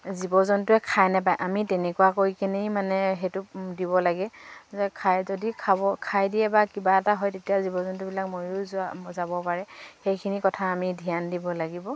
জীৱ জন্তুৱে খাই নাপায় আমি তেনেকুৱাকৈ কিনি মানে সেইটো দিব লাগে যে খাই যদি খাব খাই দিয়ে বা কিবা এটা হয় তেতিয়া জীৱ জন্তুবিলাক মৰিয়ো যোৱা যাব পাৰে সেইখিনি কথা আমি ধ্যান দিব লাগিব